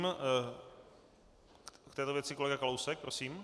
K této věci kolega Kalousek, prosím.